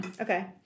okay